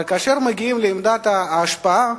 אבל כאשר מגיעים לעמדת ההשפעה,